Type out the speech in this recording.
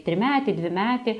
trimetį dvimetį